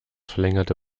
verlängerte